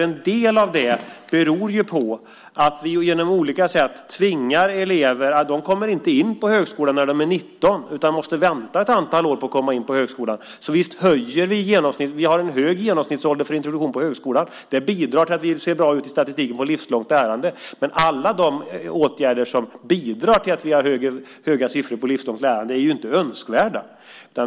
En del elever kommer inte in på högskolan när de är 19 utan måste vänta ett antal år på att komma in på högskolan, så visst höjer det genomsnittet. Vi har en hög genomsnittsålder för introduktion på högskolan. Det bidrar till att det ser bra ut i statistiken för livslångt lärande, men alla de åtgärder som bidrar till att vi har höga siffror vad gäller livslångt lärande är inte önskvärda.